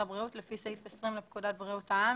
הבריאות לפי סעיף 20 לפקודת בריאות העם,